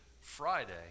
Friday